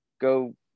go